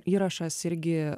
įrašas irgi